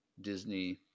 Disney